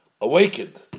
awakened